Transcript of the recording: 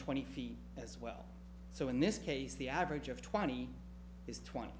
twenty feet as well so in this case the average of twenty is twenty